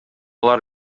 алар